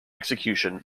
execution